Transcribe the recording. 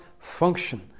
function